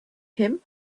him